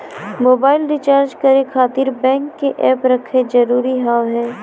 Mobile recharge करे खातिर bank के ऐप रखे जरूरी हाव है?